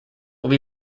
will